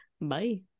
bye